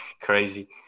Crazy